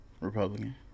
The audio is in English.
Republican